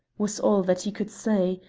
was all that he could say,